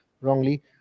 wrongly